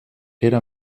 era